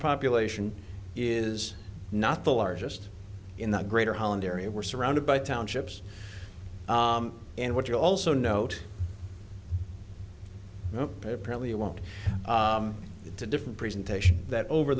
population is not the largest in the greater holland area we're surrounded by townships and what you also note apparently you want to different presentation that over